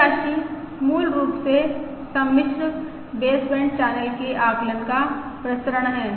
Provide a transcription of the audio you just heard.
यह राशि मूल रूप से सम्मिश्र बेसबैंड चैनल के आकलन का प्रसरण है